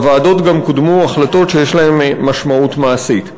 בוועדות גם קודמו החלטות שיש להן משמעות מעשית.